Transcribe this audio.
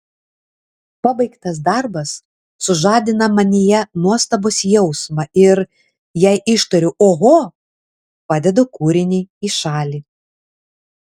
pabaigtas darbas sužadina manyje nuostabos jausmą ir jei ištariu oho padedu kūrinį į šalį